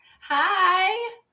Hi